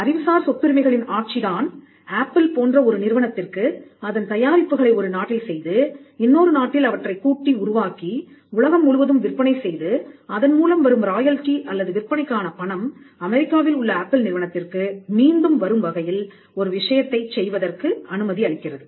அறிவுசார் சொத்துரிமைகளின் ஆட்சி தான் ஆப்பிள் போன்ற ஒரு நிறுவனத்திற்கு அதன் தயாரிப்புகளை ஒரு நாட்டில் செய்து இன்னொரு நாட்டில் அவற்றைக் கூட்டி உருவாக்கி உலகம் முழுவதும் விற்பனை செய்து அதன் மூலம் வரும் ராயல்டி அல்லது விற்பனைக்கான பணம் அமெரிக்காவில் உள்ள ஆப்பிள் நிறுவனத்திற்கு மீண்டும் வரும் வகையில் ஒரு விஷயத்தை செய்வதற்கு அனுமதி அளிக்கிறது